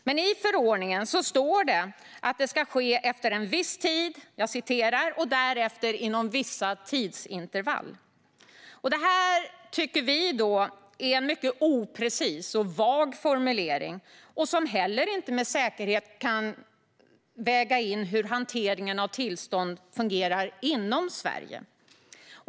Men i förordningen står det att det ska ske "efter en viss tid, och därefter inom vissa tidsintervall". Det tycker vi är en mycket oprecis och vag formulering. Man kan inte heller med säkerhet väga in hur hanteringen av tillstånd fungerar inom Sverige.